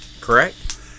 correct